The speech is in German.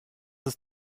ist